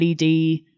led